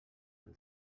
del